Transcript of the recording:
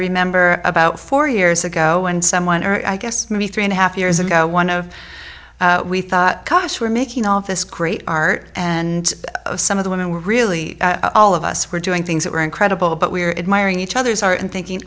remember about four years ago when someone or i guess maybe three and a half years ago one of we thought gosh we're making all this great art and some of the women were really all of us were doing things that were incredible but we were admiring each other's are and thinking